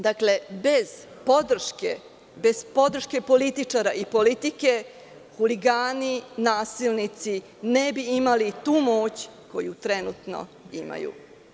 Dakle, bez podrške, bez podrške političara i politike, huligani, nasilnici ne bi imali tu moć koju trenutno imaju.